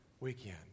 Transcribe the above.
weekend